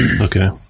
Okay